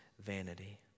vanity